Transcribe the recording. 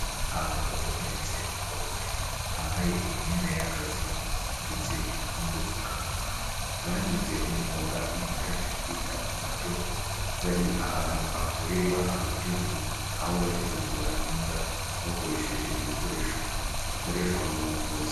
Abagabo ndetse n'abagore bambaye imyenda y'akazi ndetse n'udupfukamunwa. Bagize umwuga ibijyanye no kwita ku matungo bari ahantu havurirwa amatungo. Aho bari kuvura imbwa bakoresheje ibikoresho bikoreshwa mu buvuzi.